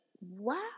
Wow